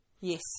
Yes